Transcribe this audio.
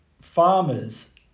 farmers